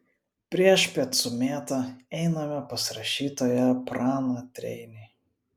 priešpiet su mėta einame pas rašytoją praną treinį